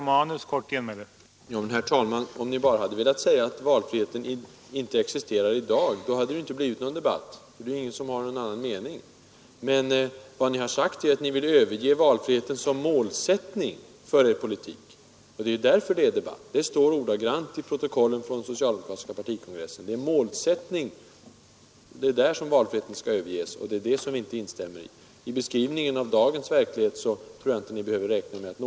Herr talman! Om ni bara hade velat säga att valfriheten inte existerar i dag, då hade det inte blivit någon debatt, för det är ingen som har någon annan mening. Men vad ni har sagt är att ni vill överge valfriheten som målsättning för er politik, och det är därför det är debatt. Det står ord för ord i protokollet från den socialdemokratiska partikongressen, att målsättningen om valfrihet skall överges, och det är det som vi inte instämmer i.